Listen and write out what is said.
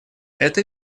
это